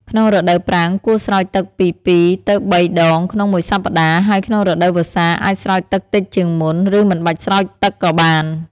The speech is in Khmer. ក្នុងរដូវប្រាំង គួរស្រោចទឹកពី ២ ទៅ ៣ ដងក្នុងមួយសប្តាហ៍ ហើយក្នុងរដូវវស្សា អាចស្រោចទឹកតិចជាងមុន ឬមិនបាច់ស្រោចទឹកក៏បាន។